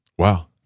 wow